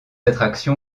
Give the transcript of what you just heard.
attraction